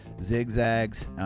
Zigzags